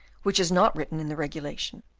which is not written in the regulation,